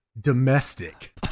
domestic